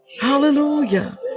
Hallelujah